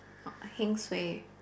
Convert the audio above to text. heng suay